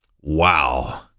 Wow